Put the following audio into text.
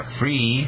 free